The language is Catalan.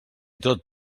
tot